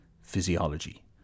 physiology